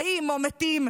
חיים או מתים.